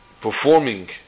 performing